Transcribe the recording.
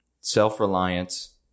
self-reliance